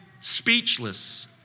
speechless